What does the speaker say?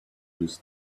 his